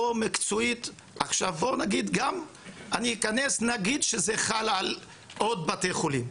לא מקצועית עכשיו נגיד שזה חל גם על עוד בתי חולים,